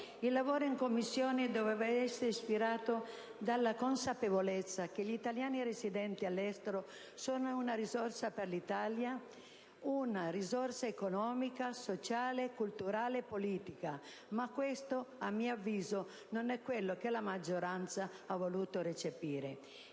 Il lavoro in Commissione doveva essere ispirato dalla consapevolezza che gli italiani residenti all'estero sono una risorsa per l'Italia: una risorsa economica, sociale, culturale e politica; ma questo, a mio avviso, non è quello che la maggioranza ha voluto recepire.